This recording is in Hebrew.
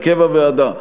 הרכב הוועדה: